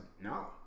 no